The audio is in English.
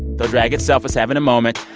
though drag itself is having a moment,